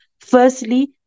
Firstly